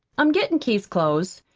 i'm gettin' keith's clothes.